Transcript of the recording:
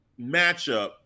matchup